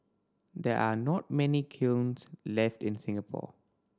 there are not many kilns left in Singapore